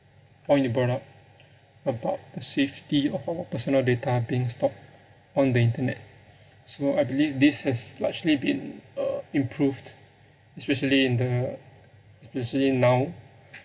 point it brought up about the safety of our personal data being stalked on the internet so I believe this has largely been uh improved especially in the especially now